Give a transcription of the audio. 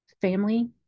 family